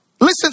Listen